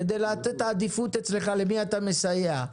כדי לתת עדיפות אצלך למי אתה מסייע,